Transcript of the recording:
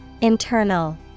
Internal